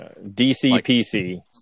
DCPC